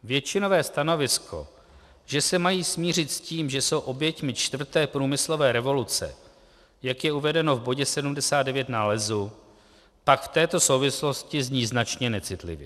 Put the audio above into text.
Většinové stanovisko, že se mají smířit s tím, že jsou oběťmi čtvrté průmyslové revoluce, jak je uvedeno v bodě 79 nálezu, pak v této souvislosti zní značně necitlivě.